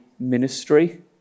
ministry